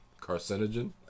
Carcinogen